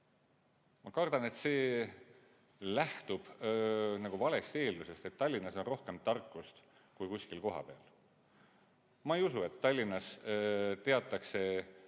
Ma kardan, et see lähtub valest eeldusest, et Tallinnas on rohkem tarkust kui kuskil kohapeal. Ma ei usu, et Tallinnas teatakse